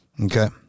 Okay